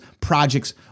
projects